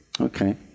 Okay